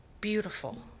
beautiful